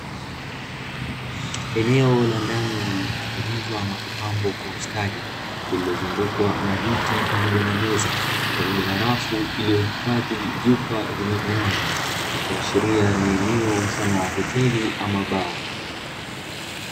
Eneo la ndani lililotengenezwa na kupangwa kwa ustadi, lililozungukwa na viti pamoja na meza, pamoja na rafu iliyohifadhi vyupa zenye vinywaji, ikiashiria ni eneo mfano wa hoteli ama baa.